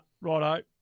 Righto